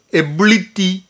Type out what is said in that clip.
ability